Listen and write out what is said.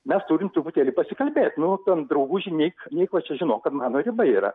mes turim truputėlį pasikalbėt nu ten drauguži neik neik va čia žinok kad mano riba yra